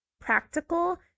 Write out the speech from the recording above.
practical